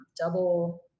double